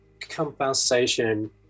compensation